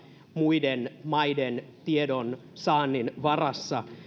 muiden maiden tiedonsaannin varassa